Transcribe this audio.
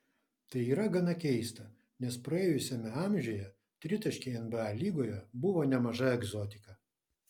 tai yra gana keista nes praėjusiame amžiuje tritaškiai nba lygoje buvo nemaža egzotika